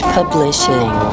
Publishing